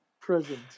present